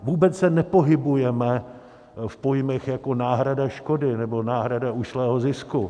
Vůbec se nepohybujeme v pojmech jako náhrada škody nebo náhrada ušlého zisku.